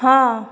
हाँ